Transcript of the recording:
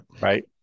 right